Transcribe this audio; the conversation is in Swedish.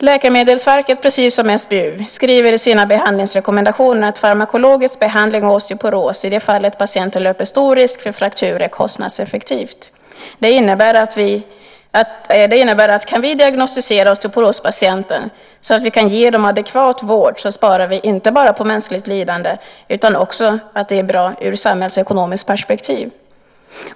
Läkemedelsverket, precis som SBU, skriver i sina behandlingsrekommendationer att farmakologisk behandling av osteoporos i det fall patienten löper stor risk för frakturer är kostnadseffektiv. Det innebär inte bara att vi, om vi kan diagnostisera osteoporospatienter så att vi kan ge dem adekvat vård, sparar på mänskligt lidande, utan det är också bra ur ett samhällsekonomiskt perspektiv.